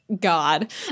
God